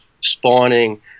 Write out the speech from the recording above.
spawning